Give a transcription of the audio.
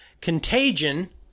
Contagion